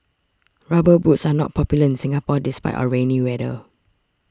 rubber boots are not popular in Singapore despite our rainy weather